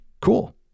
Cool